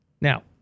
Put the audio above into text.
Now